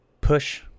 push